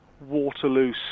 Waterloo